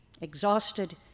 Exhausted